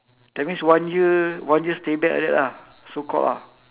that means one year one year stay back like that lah so called ah